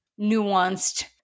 nuanced